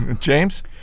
James